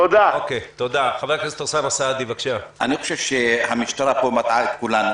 אני חושב שהמשטרה פה מטעה את כולנו